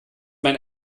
man